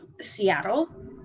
seattle